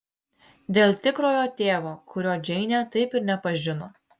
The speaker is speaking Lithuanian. dėl tikrojo tėvo kurio džeinė taip ir nepažino